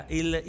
il